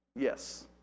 Yes